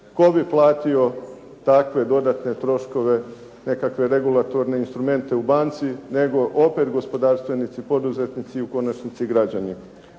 Tko bi platio takve dodatne troškove, nekakve regulatorne instrumente u banci, nego opet gospodarstvenici, poduzetnici i u konačnici građani.